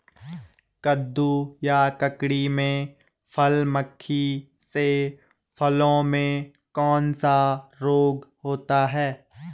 कद्दू या ककड़ी में फल मक्खी से फलों में कौन सा रोग होता है?